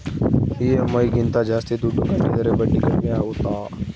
EMI ಗಿಂತ ಜಾಸ್ತಿ ದುಡ್ಡು ಕಟ್ಟಿದರೆ ಬಡ್ಡಿ ಕಡಿಮೆ ಆಗುತ್ತಾ?